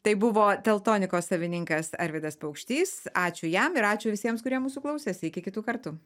tai buvo teltonikos savininkas arvydas paukštys ačiū jam ir ačiū visiems kurie mūsų klausėsi iki kitų kartų